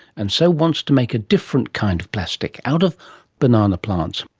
and so wants to make a different kind of plastic, out of banana plants.